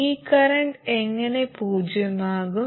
ഈ കറന്റ് എങ്ങനെ പൂജ്യമാകും